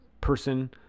person